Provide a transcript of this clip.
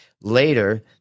Later